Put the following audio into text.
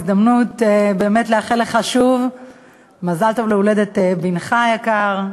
הזדמנות באמת לאחל לך שוב מזל טוב להולדת בנך היקר.